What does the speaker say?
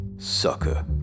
Sucker